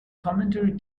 commentary